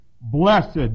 Blessed